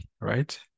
right